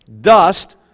dust